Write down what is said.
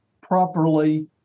properly